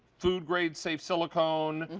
food grade, safe silicone,